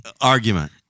Argument